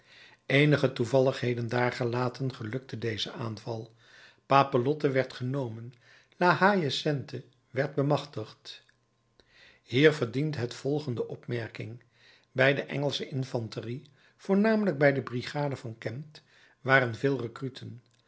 eenige toevalligheden daargelaten gelukte deze aanval papelotte werd genomen la haie sainte werd bemachtigd hier verdient het volgende opmerking bij de engelsche infanterie voornamelijk bij de brigade van kempt waren veel rekruten